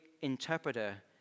interpreter